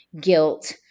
guilt